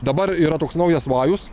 dabar yra toks naujas vajus